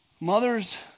Mothers